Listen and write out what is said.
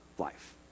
life